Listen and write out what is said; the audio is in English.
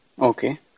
Okay